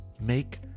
make